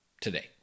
today